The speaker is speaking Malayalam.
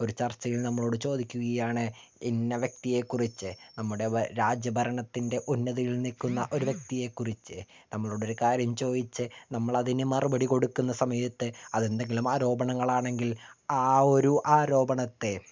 ഒരു ചർച്ചയിൽ നമ്മളോട് ചോദിക്കുകയാണ് ഇന്ന വ്യക്തിയെക്കുറിച്ച് നമ്മുടെ ഭ രാജ്യഭരണത്തിൻ്റെ ഉന്നതയിൽ നിൽക്കുന്ന ഒരു വ്യക്തിയെക്കുറിച്ച് നമ്മളോടൊരു കാര്യം ചോദിച്ച് നമ്മളതിനു മറുപടികൊടുക്കുന്ന സമയത്ത് അതെന്തെങ്കിലും ആരോപണങ്ങളാണെങ്കിൽ ആ ഒരു ആരോപണത്തേ